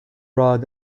rod